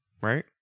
Right